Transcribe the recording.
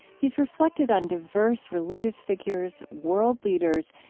he's reflected on diverse religious figures, world leaders,